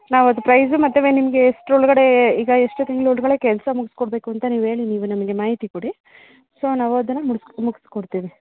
ನಾವು ಅದು ಪ್ರೈಜು ಮತ್ತು ವೆ ನಿಮ್ಗೆ ಎಷ್ಟ್ರೊಳ್ಗಡೆ ಈಗ ಎಷ್ಟು ತಿಂಗ್ಳ ಒಳಗಡೆ ಕೆಲಸ ಮುಗ್ಸಿ ಕೊಡಬೇಕು ಅಂತ ನೀವು ಹೇಳಿ ನೀವು ನಮಗೆ ಮಾಹಿತಿ ಕೊಡಿ ಸೊ ನಾವು ಅದನ್ನು ಮುಡ್ಸಿ ಮುಗ್ಸಿ ಕೊಡ್ತೀವಿ